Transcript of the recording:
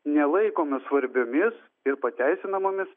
nelaikomi svarbiomis ir pateisinamomis